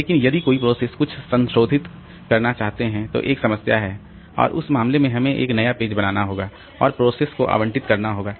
लेकिन यदि कोई प्रोसेस कुछ संशोधित करना चाहता है तो एक समस्या है और उस मामले में हमें एक नया पेज बनाना होगा और प्रोसेस को आवंटित करना होगा